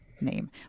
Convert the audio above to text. name